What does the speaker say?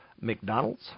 McDonald's